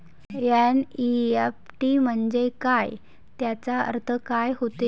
NEFT म्हंजे काय, त्याचा अर्थ काय होते?